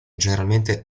generalmente